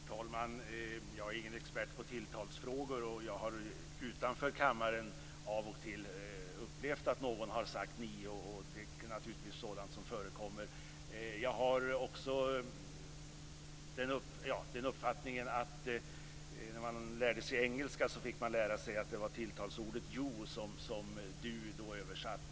Herr talman! Jag är ingen expert på tilltalsfrågor, och jag har utanför kammaren av och till upplevt att någon har sagt ni. Och det är naturligtvis sådant som förekommer. När jag lärde mig engelska fick jag lära mig att det var tilltalsordet you som man översatte du med.